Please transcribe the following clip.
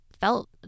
felt